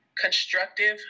constructive